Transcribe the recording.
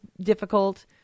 difficult